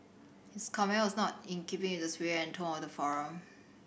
his comment was not in keeping with the spirit and tone of the